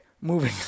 moving